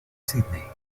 sídney